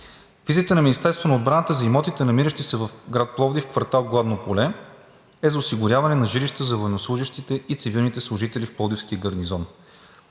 визията на Министерството на отбраната за имотите, намиращи се в град Пловдив, квартал „Гладно поле“, е за осигуряване на жилища за военнослужещите и цивилните служители в Пловдивския гарнизон,